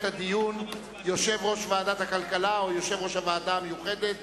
הדיון יושב-ראש ועדת הכלכלה או יושב-ראש הוועדה המיוחדת